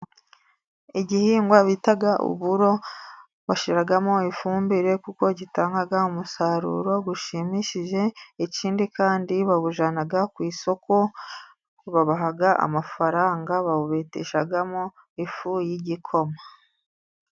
Igihingwa bita uburo bashiramo ifumbire, kuko gitanga umusaruro ushimishije, ikindi kandi bawujyana ku isoko, babaha amafaranga, bawubeteshamo ifu y'igikoma.